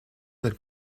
del